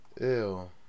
Ew